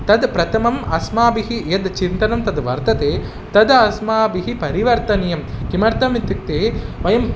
तद् प्रथमम् अस्माभिः यद् चिन्तनं तद् वर्तते तद् अस्माभिः परिवर्तनीयं किमर्थम् इत्युक्ते वयम्